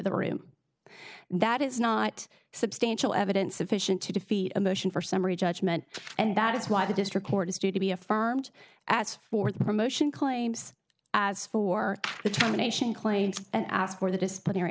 the room that is not substantial evidence sufficient to defeat a motion for summary judgment and that is why the district court has to be affirmed as for the promotion claims as for the terminations claims and asked for the disciplinary